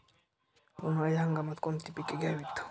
उन्हाळी हंगामात कोणती पिके घ्यावीत?